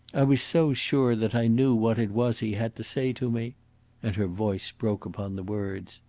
i was so sure that i knew what it was he had to say to me and her voice broke upon the words.